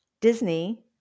Disney